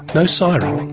no siren?